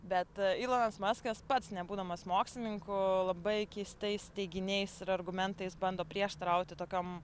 bet ilonas maskas pats nebūdamas mokslininku labai keistais teiginiais ir argumentais bando prieštarauti tokiom